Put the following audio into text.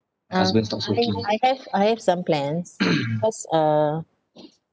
uh I think I have I have some plans cause uh